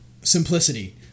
simplicity